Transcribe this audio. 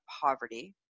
poverty